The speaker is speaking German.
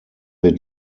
wird